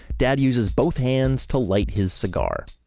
dad uses both hands to light his cigar.